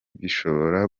bishobora